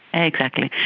exactly,